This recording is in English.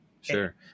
Sure